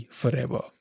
forever